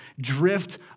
drift